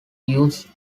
used